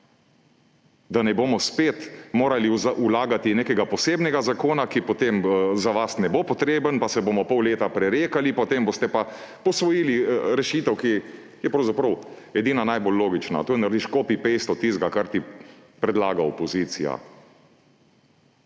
nam ne bo spet treba vlagati nekega posebnega zakona, ki potem za vas ne bo potreben, pa se bomo pol leta prerekali, potem boste pa posvojili rešitev, ki je pravzaprav edina najbolj logična, narediš copy-paste od tistega, kar ti predlaga opozicija.